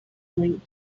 linked